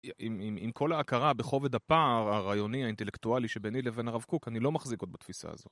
עם כל ההכרה בכובד הפער הרעיוני האינטלקטואלי שביני לבין הרב קוק אני לא מחזיק עוד בתפיסה הזו.